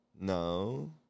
No